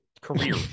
Career